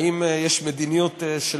האם יש מדיניות של